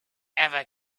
ever